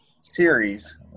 series